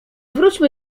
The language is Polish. wróćmy